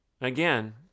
Again